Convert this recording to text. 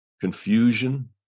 confusion